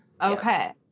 okay